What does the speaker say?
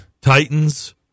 Titans